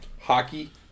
Hockey